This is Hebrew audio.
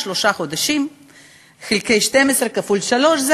שלושה חודשים חלקי 12 כפול שלוש,